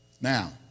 Now